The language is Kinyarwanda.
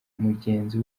mugenzi